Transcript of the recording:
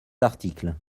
article